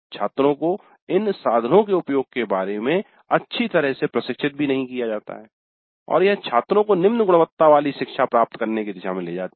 छात्रों को इन साधनों के उपयोग के बारे में अच्छी तरह से प्रशिक्षित नहीं किया जाता है और यह छात्रों को निम्न गुणवत्ता वाली शिक्षा प्राप्त करने की दिशा में ले जाती है